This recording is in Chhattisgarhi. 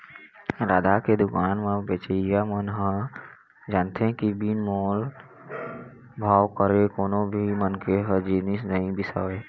रद्दा के दुकान म बेचइया मन ह जानथे के बिन मोल भाव करे कोनो भी मनखे ह जिनिस नइ बिसावय